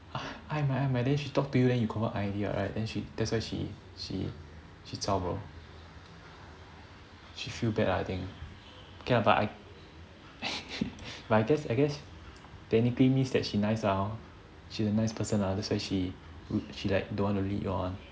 ai mai ai mai then she talk to you then you confirm ai already right then she that's why she she zao bro she feel bad I think okay but but I guess I guess technically means that she nice lah hor she a nice person ah that's why she would she don't want to lead you on